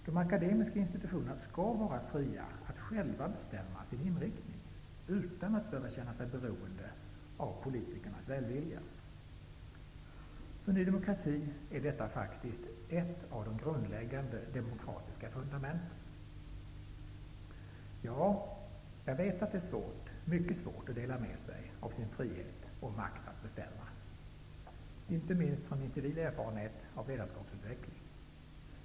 De akademiska institutionerna skall vara fria att själva bestämma sin inriktning -- utan att behöva känna sig beroende av politikers välvilja. För Ny demokrati är detta faktiskt en av de grundläggande demokratiska fundamenten, Ja, jag vet att det är mycket svårt att dela med sig av sin frihet och makt att bestämma, inte minst från min civila erfarenhet av ledarskapsutveckling.